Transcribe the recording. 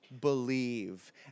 believe